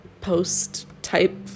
post-type